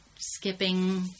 skipping